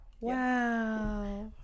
wow